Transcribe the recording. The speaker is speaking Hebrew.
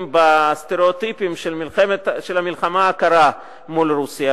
בסטריאוטיפים של המלחמה הקרה מול רוסיה,